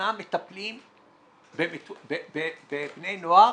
שנה מטפלים בבני נוער